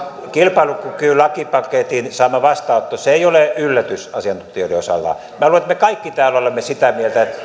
kilpailukykylakipaketin saama vastaanotto ei ole yllätys asiantuntijoiden osalta minä luulen että me kaikki täällä olemme sitä mieltä että